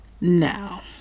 now